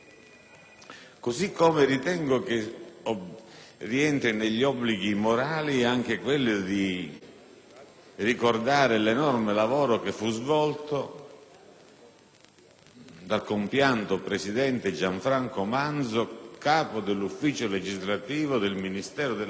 rientri tra gli obblighi morali anche quello di ricordare l'enorme lavoro svolto dal compianto presidente Gianfranco Manzo, capo dell'Ufficio legislativo del Ministero della giustizia, che si impegnò